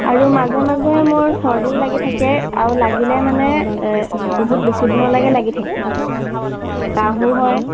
আৰু মাজে মাজে মোৰ চৰ্দিও লাগি থাকে আৰু লাগিলে মানে বহুত বেছি দিনলৈকে লাগি থাকে কাঁহো হয়